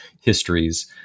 histories